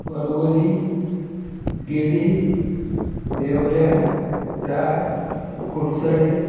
परवरी गिरी नेवऱ्या राय कुडचडे